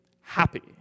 happy